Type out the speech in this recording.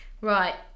Right